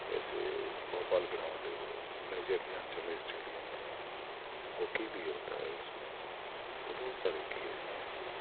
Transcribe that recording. جیسے بھوپال گراؤنڈ ہے major Dhyan Chand stadium ہے ہوکی بھی ہوتا ہے اس میں تو بہت سارے کھیل ہیں ایسے